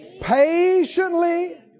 Patiently